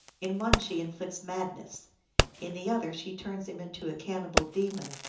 in one she in flicts madness in the other she turns him into a cannibal demon,